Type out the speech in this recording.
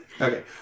okay